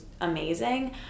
amazing